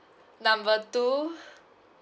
number two